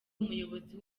umuyobozi